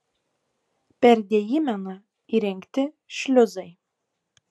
per deimeną įrengti šliuzai